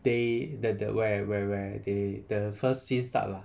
they that the where where where they the first scene start lah